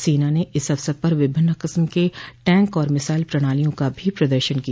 सेना ने इस अवसर पर विभिन्न किस्म के टैंक और मिसाइल प्रणालियों का भी प्रदर्शन किया